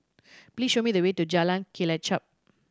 please show me the way to Jalan Kelichap